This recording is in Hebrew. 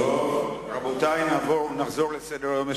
טוב, רבותי, נחזור לסדר-היום.